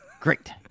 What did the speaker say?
Great